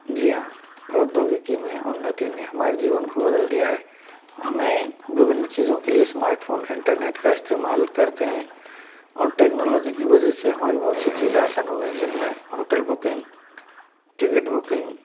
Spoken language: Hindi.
जी हाँ प्रौद्योगिकी में उन्नति ने हमारे जीवन को बदल दिया है हमें विभिन्न चीज़ों के लिए स्मार्टफोन इंटरनेट का इस्तेमाल करते हैं और टेक्नोलॉजी की वजह से हमारी बहुत सी चीज़ें आसान हो गई हैं जिनमें होटल बुकिंग टिकिट बुकिंग